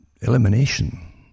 elimination